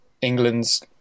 England's